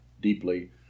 deeply